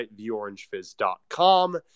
theorangefizz.com